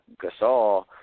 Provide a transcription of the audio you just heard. Gasol